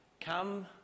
come